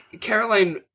Caroline